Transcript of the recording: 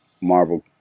Marvel